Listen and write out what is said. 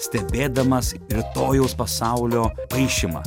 stebėdamas ritojaus pasaulio paišymą